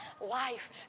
life